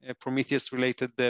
Prometheus-related